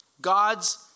God's